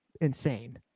insane